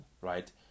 right